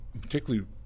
particularly